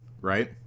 right